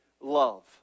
love